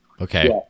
okay